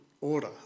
order